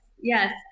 yes